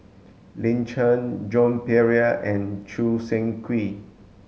Lin Chen Joan Pereira and Choo Seng Quee